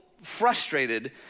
frustrated